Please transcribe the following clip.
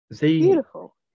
beautiful